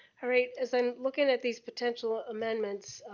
right, as i'm looking at these potential amendments,